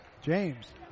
James